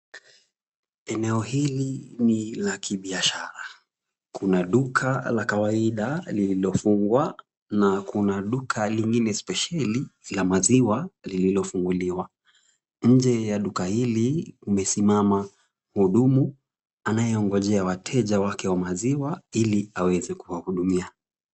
Eneo hili ni la kibiashara. Kuna duka la kawaida lililofungwa na kuna duka lingine spesheli la maziwa lililofunguliwa. Nje ya duka hili kumesimama mhudumu anayeongojea wateja wake wa maziwa ili aweze kuwahudumia.